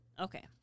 Okay